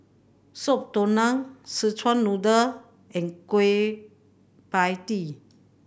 Soup Tulang Szechuan Noodle and Kueh Pie Tee